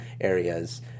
areas